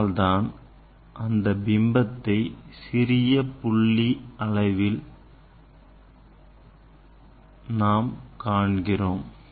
அதனால்தான் அந்த பிம்பத்தை சிறிய புள்ளி அளவிலானதாக சொல்கிறோம்